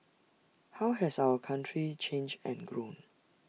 how has our country changed and grown